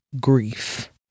grief